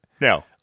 No